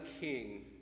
King